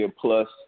Plus